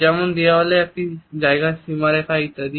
যেমন দেওয়াল একটি জায়গার সীমারেখা ইত্যাদি